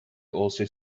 also